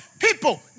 People